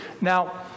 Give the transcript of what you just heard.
Now